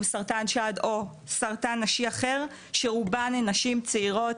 סרטן שד או סרטן נשי אחר שרובן הן נשים צעירות,